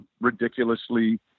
ridiculously